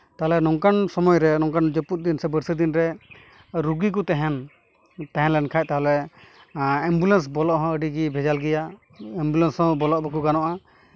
ᱛᱟᱞᱦᱮ ᱱᱚᱝᱠᱟᱱ ᱥᱚᱢᱚᱭ ᱨᱮ ᱱᱚᱝᱠᱟᱱ ᱡᱟᱹᱯᱩᱫ ᱫᱤᱱ ᱥᱮ ᱵᱟᱹᱨᱥᱟᱹ ᱫᱤᱱ ᱨᱮ ᱨᱩᱜᱤ ᱠᱚ ᱛᱟᱦᱮᱱ ᱛᱟᱦᱮᱸ ᱞᱮᱱᱠᱷᱟᱱ ᱮᱢᱵᱩᱞᱮᱱᱥ ᱵᱚᱞᱚᱜ ᱦᱚᱸ ᱟᱹᱰᱤ ᱜᱮ ᱵᱷᱮᱡᱟᱞ ᱜᱮᱭᱟ ᱮᱢᱵᱩᱞᱮᱱᱥ ᱦᱚᱸ ᱵᱚᱞᱚᱜ ᱵᱟᱠᱚ ᱜᱟᱱᱚᱜᱼᱟ